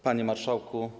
Panie Marszałku!